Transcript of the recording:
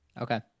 Okay